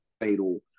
fatal